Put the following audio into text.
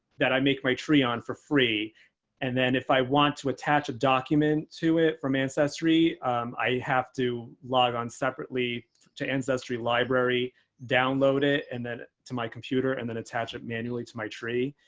that i make my tree on for free and then if i want to attach a document to it from ancestry i have to log on separately to ancestry library download it and then to my computer and then attach it manually to my tree